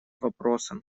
вопросом